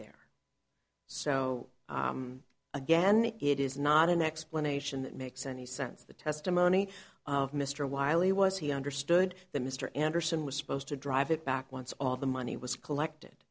there so again it is not an explanation that makes any sense the testimony of mr wiley was he understood that mr anderson was supposed to drive it back once all the money was collected